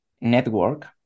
network